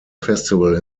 festival